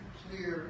clear